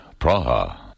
Praha